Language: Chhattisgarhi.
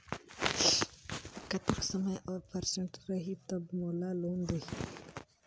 कतेक समय और परसेंट रही तब मोला लोन देही?